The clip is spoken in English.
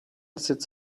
sits